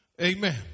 amen